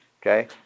Okay